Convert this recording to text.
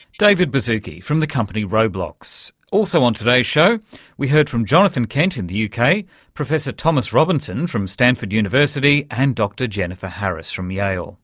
david baszucki from the company roblox. also on today's show we heard from jonathan kent in the uk, professor thomas robinson from stanford university, and dr jennifer harris from yale